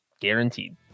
guaranteed